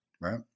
Right